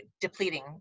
depleting